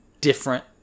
different